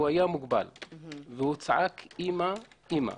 הוא היה מוגבל, וצעק: אמא, אמא.